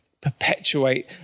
perpetuate